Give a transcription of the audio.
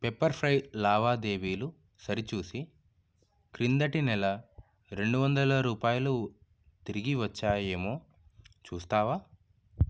Pepperfry లావాదేవీలు సరిచూసి క్రిందటి నెల రెండు వందల రూపాయలు తిరిగి వచ్చాయేమో చూస్తావా